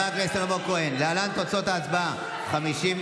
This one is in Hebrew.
ההצעה להעביר את הצעת חוק לקידום הנשים בישראל,